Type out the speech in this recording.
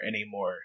anymore